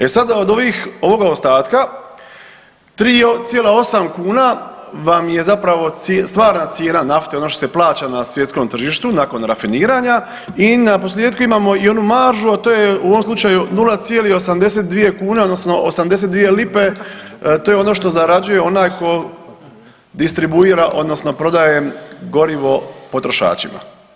E sad od ovoga ostatka 3,8 kn vam je zapravo stvarna cijena nafte ono što se plaća na svjetskom tržištu nakon rafiniranja i naposljetku imamo i onu maržu, a to je u ovom slučaju 0,82 kn odnosno 82 lipe to je ono što zarađuje onaj ko distribuira odnosno prodaje gorivo potrošačima.